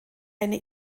eine